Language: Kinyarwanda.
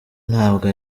ntabwo